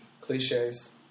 cliches